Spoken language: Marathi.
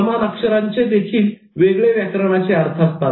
समान अक्षरांचे देखील वेगळे व्याकरणाचे अर्थ असतात